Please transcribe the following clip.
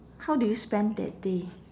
how do you spend that day